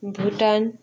Bhutan